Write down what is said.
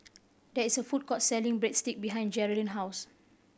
there is a food court selling Breadstick behind Jerrilyn house